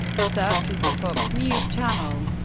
such as the fox news channel.